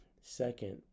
Second